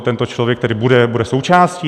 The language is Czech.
Tento člověk tedy bude součástí?